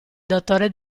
dottore